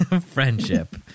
friendship